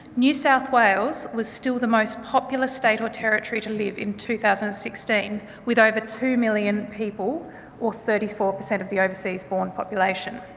new south wales was still the most popular state or territory to live in two thousand and sixteen, with over two million people or thirty four per cent of the overseas born population.